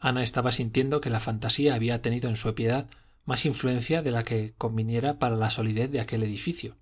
ana estaba sintiendo que la fantasía había tenido en su piedad más influencia de la que conviniera para la solidez de aquel edificio